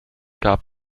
gab